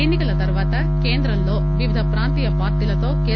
ఎన్సికల తరువాత కేంద్రంలో వివిధ ప్రాంతీయ పార్టీలతో కె